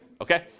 okay